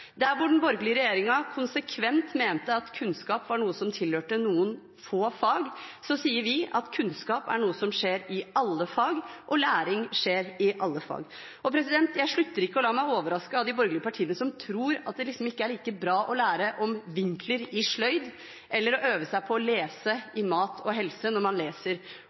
den borgerlige regjeringen konsekvent mente at kunnskap var noe som tilhørte noen få fag, sier vi at kunnskap er noe som skjer i alle fag, og læring skjer i alle fag. Jeg slutter ikke å la meg overraske av de borgerlige partiene, som tror at det liksom ikke er like bra å lære om vinkler i sløyd, eller å øve seg på å lese i mat og helse når man leser